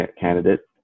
candidate